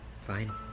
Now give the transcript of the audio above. Fine